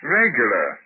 regular